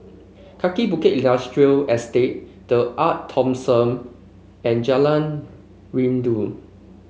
Kaki Bukit Industrial Estate The Arte Thomson and Jalan Rindu